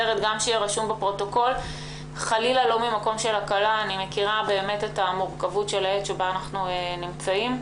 אני מכירה את המורכבות בעת שאנחנו נמצאים בה,